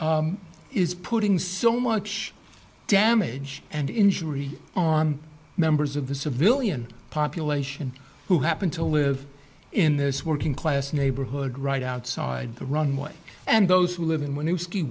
is putting so much damage and injury on members of the civilian population who happen to live in this working class neighborhood right outside the runway and those who live in